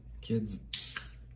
Kids